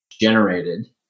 generated